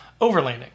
overlanding